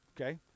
Okay